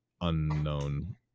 unknown